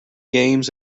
games